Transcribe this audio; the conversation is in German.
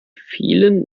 vielen